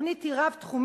התוכנית היא רב-תחומית